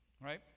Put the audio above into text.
right